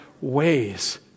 ways